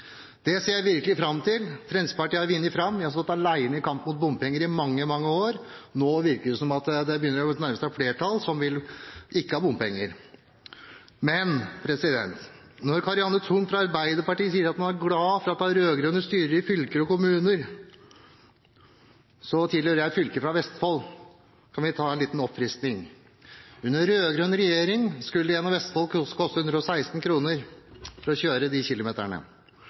Det ser jeg virkelig fram til. Fremskrittspartiet har vunnet fram. Vi har stått alene i kampen mot bompenger i mange, mange år. Nå virker det som om det begynner å nærme seg et flertall som ikke vil ha bompenger. Karianne Tung fra Arbeiderpartiet sier at hun er glad for at de rød-grønne styrer i fylker og kommuner. Jeg er fra fylket Vestfold, og vi kan ta en liten oppfriskning: Under den rød-grønne regjeringen skulle det koste 116 kr å kjøre